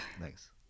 Thanks